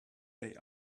they